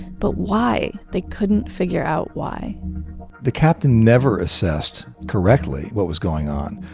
but why? they couldn't figure out why the captain never assessed correctly what was going on.